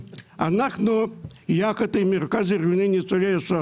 אנחנו ביחד עם מרכז הארגונים של ניצולי השואה